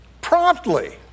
Promptly